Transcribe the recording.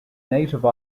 native